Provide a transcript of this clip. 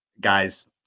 guys